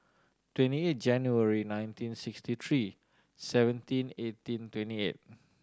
twenty eight January nineteen sixty three seventeen eighteen twenty eight